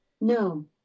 No